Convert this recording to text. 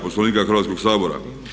Poslovnika Hrvatskog sabora.